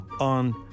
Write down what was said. on